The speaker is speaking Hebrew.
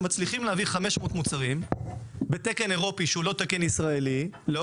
שמצליחים להביא 500 מוצרים בתקן אירופי שהוא לא תקן ישראלי,